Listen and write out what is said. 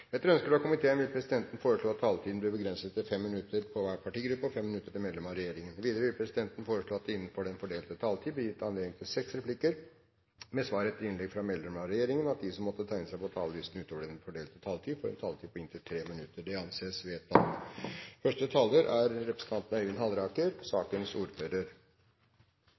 Etter ønske fra utenriks- og forsvarskomiteen vil presidenten foreslå at taletiden blir begrenset til 5 minutter til hver partigruppe og 5 minutter til medlem av regjeringen. Videre vil presidenten foreslå at det gis anledning til seks replikker med svar etter innlegg fra medlemmer av regjeringen innenfor den fordelte taletid, og at de som måtte tegne seg på talerlisten utover den fordelte taletid, får en taletid på inntil 3 minutter. – Det anses vedtatt.